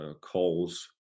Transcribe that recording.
calls